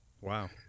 Wow